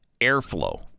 airflow